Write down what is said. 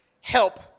help